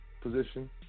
position